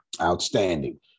Outstanding